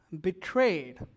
betrayed